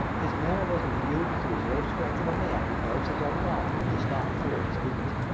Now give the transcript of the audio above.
his manner was imbued with the reserve strength of a man who knows his own mind and does not fear to speak it.